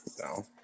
No